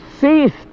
ceased